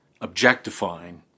objectifying